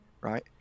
right